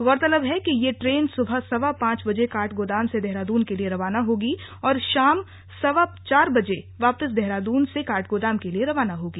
गौरतलब है कि यह ट्रेन सुबह सवा पांच बजे काठगोदाम से देहरादून के लिए रवाना होगी और शाम सवा चार बजे वापस देहरादून से काठगोदाम के लिए रवाना होगी